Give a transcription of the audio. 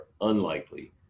unlikely